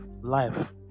life